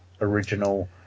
original